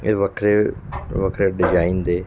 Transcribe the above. ਇਹ ਵੱਖਰੇ ਵੱਖਰੇ ਡਿਜ਼ਾਈਨ ਦੇ